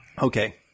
okay